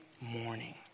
morning